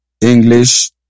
english